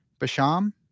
Basham